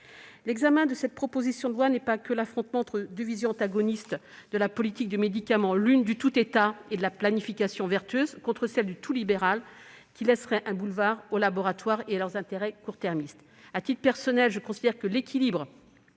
L'examen de cette proposition de loi ne se réduit pas à un affrontement entre deux visions antagonistes de la politique du médicament : l'une du tout-État et de la planification vertueuse contre l'autre du tout libéral, qui laisserait un boulevard aux laboratoires et à leurs intérêts de court terme. À titre personnel, je considère que l'équilibre